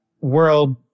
world